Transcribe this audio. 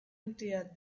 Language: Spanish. entidad